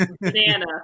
banana